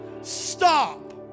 Stop